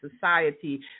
society